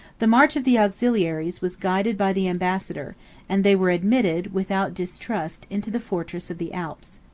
the march of the auxiliaries was guided by the ambassador and they were admitted, without distrust, into the fortresses of the alps.